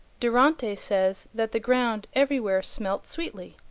durante says that the ground everywhere smelt sweetly,